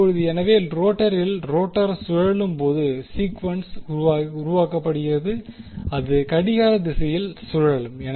இப்போது எனவே ரோட்டரில் ரோட்டார் சுழலும் போது சீக்குவென்ஸ் உருவாக்கப்படுகிறது அது கடிகார திசையில் சுழலும்